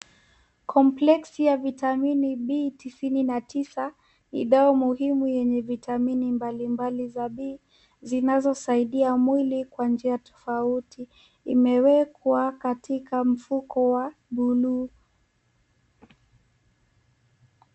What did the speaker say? Kompleksi ya vitamini B99, ni dawa muhimu yenye vitamini mbalimbali ya B zinazosaidia mwili kwa njia tofauti imewekwa katika mfuko wa buluu.